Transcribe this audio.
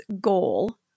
goal